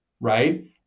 right